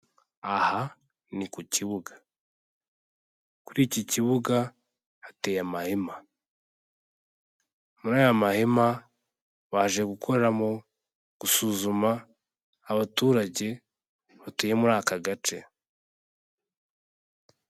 Aha ni ku kibuga, kuri iki kibuga hateye amahema, muri aya mahema baje gukoramo gusuzuma abaturage batuye muri aka gace.